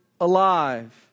alive